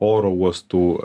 oro uostų